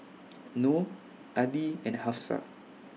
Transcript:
Noh Adi and Hafsa